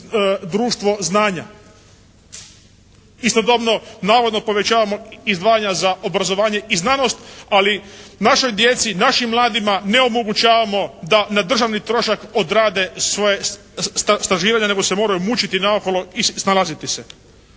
društvo znanja. Istodobno navodno povećamo izdvajanja za obrazovanje i znanost, ali našoj djeci, našim mladima ne omogućavamo da na državni trošak odrade svoje stažiranje, nego se moraju mučiti naokolo i snalaziti se.